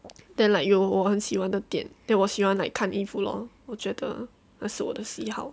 then like 有我很喜欢的店 then 我喜欢 like 看衣服 loh 我觉得那是我的喜好